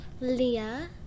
Leah